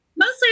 Mostly